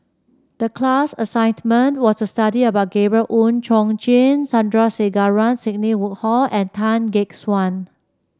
the class was to study about Gabriel Oon Chong Jin Sandrasegaran Sidney Woodhull and Tan Gek Suan